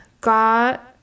got